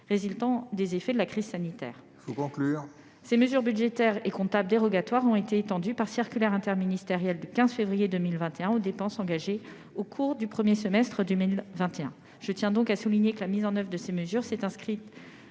résultant des effets de la crise sanitaire. Il faut conclure ! Ces mesures budgétaires et comptables dérogatoires ont été étendues par circulaire interministérielle du 15 février 2021 aux dépenses engagées au cours du premier semestre de 2021. Enfin, je tiens à souligner que la mise en oeuvre de ces mesures s'est inscrite